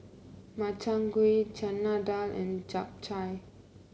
Makchang Gui Chana Dal and Japchae